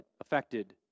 affected